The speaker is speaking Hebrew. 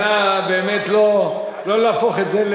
נא באמת לא להפוך את זה,